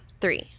Three